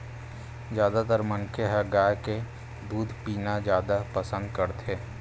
जादातर मनखे ह गाय के दूद पीना जादा पसंद करथे